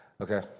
Okay